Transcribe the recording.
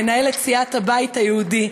מנהלת סיעת הבית היהודי,